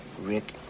Rick